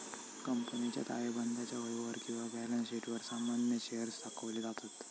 कंपनीच्या ताळेबंदाच्या वहीवर किंवा बॅलन्स शीटवर सामान्य शेअर्स दाखवले जातत